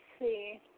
see